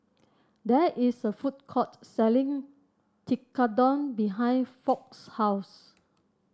there is a food court selling Tekkadon behind Foch's house